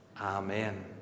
Amen